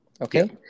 Okay